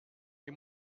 des